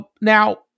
now